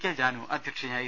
K Janu അധ്യ ക്ഷയായിരുന്നു